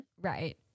Right